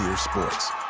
sports.